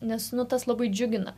nes nu tas labai džiugina